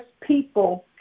people